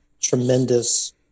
tremendous